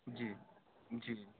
جی جی